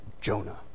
Jonah